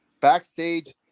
backstage